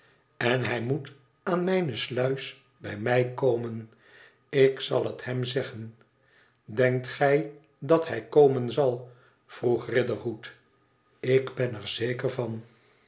en hij moet aan mijne sluis bij mij komen ik zal het hem zeggen denkt gij dat hij komen zal vroeg riderhood ik ben er zeker van